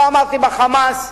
לא אמרתי ב"חמאס",